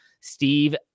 steve